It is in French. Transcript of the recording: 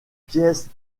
pièces